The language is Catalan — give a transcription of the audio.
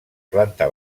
planta